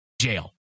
jail